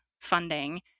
funding